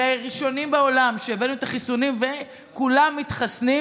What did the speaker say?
הראשונים בעולם שהבאנו את החיסונים וכולם מתחסנים,